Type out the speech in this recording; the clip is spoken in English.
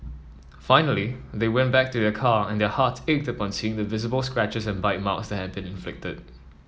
finally they went back to their car and their hearts ached upon seeing the visible scratches and bite marks that had been inflicted